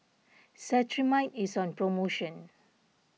Cetrimide is on promotion